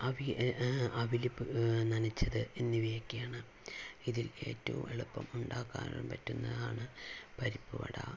അവിയ അവിൽ നനച്ചത് എന്നിവയൊക്കെയാണ് ഇതിൽ ഏറ്റവും എളുപ്പം ഉണ്ടാക്കാൻ പറ്റുന്നതാണ് പരിപ്പുവട